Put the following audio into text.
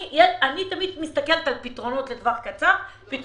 אני תמיד מסתכלת על פתרונות לטווח קצר ועל